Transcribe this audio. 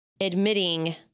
admitting